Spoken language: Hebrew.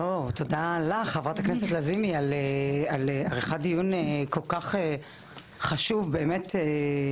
תודה לך חברת הכנסת לזימי על עריכת דיון כל כך חשוב וקריטי,